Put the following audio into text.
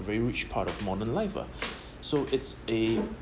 very rich part of modern life ah so it's a